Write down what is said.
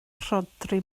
rhodri